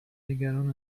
نگران